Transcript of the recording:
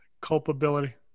Culpability